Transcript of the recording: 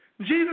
Jesus